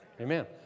Amen